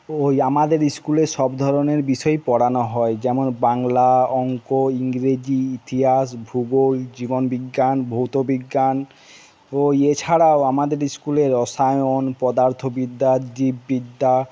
ওই আমাদের স্কুলে সব ধরনের বিষয়ই পড়ানো হয় যেমন বাংলা অঙ্ক ইংরেজি ইতিহাস ভূগোল জীবনবিজ্ঞান ভৌতবিজ্ঞান ও ইয়ে ছাড়াও আমাদের স্কুলে রসায়ন পদার্থবিদ্যা জীববিদ্যা